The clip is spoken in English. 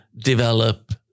develop